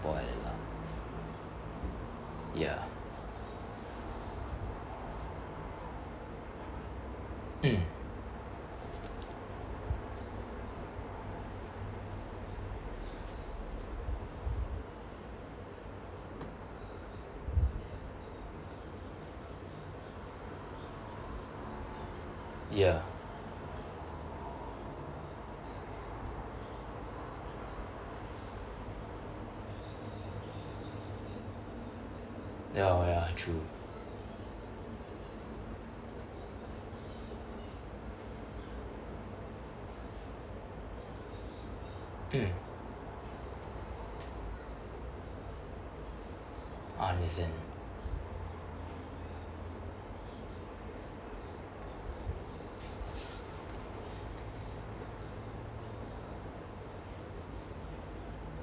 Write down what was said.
like that lah ya mm ya ya lor ya true mm I understand